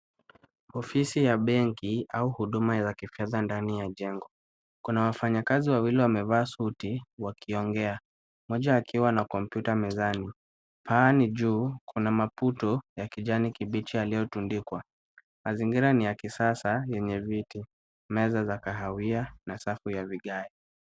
Ofisi ya benki au huduma za kifedha ndani ya jengo, kuna wafanyakazi wawili wamevasuti wakiongea. Mmoja akiwa na kompyuta mezani. Paani juu, kuna maputo ya kijani kibichi aliyotundikwa. Mazingira ni ya kisasa, yenye viti, meza za kahawia, na safu ya vigae.